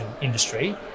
industry